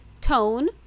tone